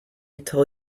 tell